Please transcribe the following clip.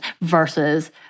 versus